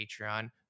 Patreon